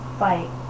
fight